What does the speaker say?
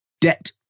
Debt